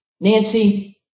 Nancy